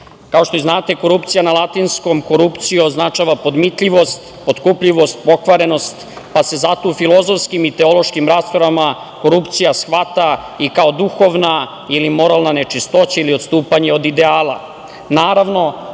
Kao što i znate, korupcija na latinskom „corruptio“ označava podmitljivost, potkupljivost, pokvarenost, pa se zato u filozofskim i teološkim raspravama korupcija shvata i kao duhovna ili moralna nečistoća ili odstupanje od ideala.